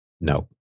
No